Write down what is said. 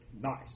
Nice